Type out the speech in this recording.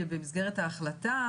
במסגרת ההחלטה.